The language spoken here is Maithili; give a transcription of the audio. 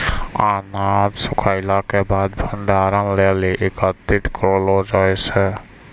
अनाज सूखैला क बाद भंडारण लेलि एकत्रित करलो जाय छै?